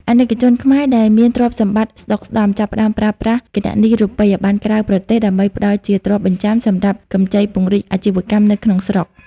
អាណិកជនខ្មែរដែលមានទ្រព្យសម្បត្តិស្ដុកស្តម្ភ ចាប់ផ្ដើមប្រើប្រាស់ "គណនីរូបិយប័ណ្ណក្រៅប្រទេស" ដើម្បីផ្ដល់ជាទ្រព្យបញ្ចាំសម្រាប់កម្ចីពង្រីកអាជីវកម្មនៅក្នុងស្រុក។